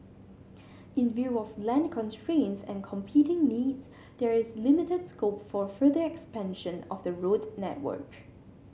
in view of land constraints and competing needs there is limited scope for further expansion of the road network